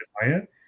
higher